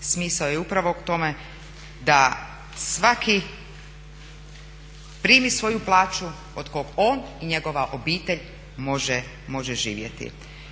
Smisao je upravo tome da svaki primi svoju plaću od koga on i njegova obitelj može živjeti.